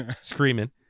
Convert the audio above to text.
screaming